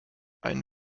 ein